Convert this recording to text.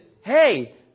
hey